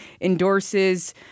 endorses